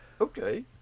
Okay